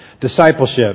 discipleship